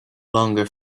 longer